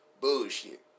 bullshit